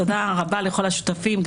תודה רבה לכל השותפים,